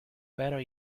better